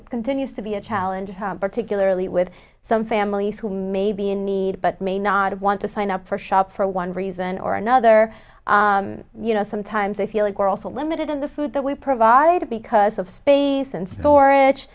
it continues to be a challenge particularly with some families who may be in need but may not want to sign up for shop for one reason or another you know sometimes they feel like we're all so limited in the food that we provide because of space and storage